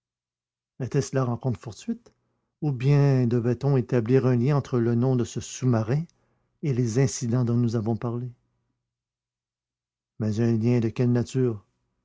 là rencontre fortuite ou bien devait-on établir un lien entre le nom de ce sous-marin et les incidents dont nous avons parlé mais un lien de quelle nature